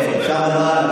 אפשר ששר תורן ישיב,